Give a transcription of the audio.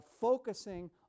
focusing